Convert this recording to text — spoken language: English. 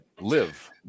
live